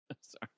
sorry